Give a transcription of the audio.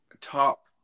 top